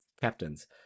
captains